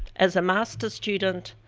as a masters student,